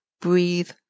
breathe